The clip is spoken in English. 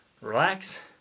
relax